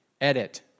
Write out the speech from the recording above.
edit